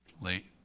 late